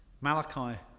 Malachi